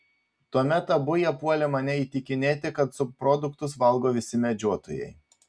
tuomet abu jie puolė mane įtikinėti kad subproduktus valgo visi medžiotojai